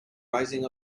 rising